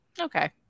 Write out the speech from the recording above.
Okay